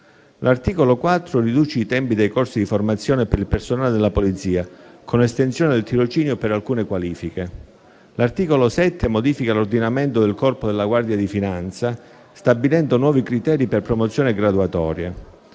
L'articolo 4 riduce i tempi dei corsi di formazione per il personale della Polizia, con estensione del tirocinio per alcune qualifiche. L'articolo 7 modifica l'ordinamento del Corpo della guardia di finanza, stabilendo nuovi criteri per promozioni e graduatorie.